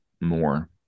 more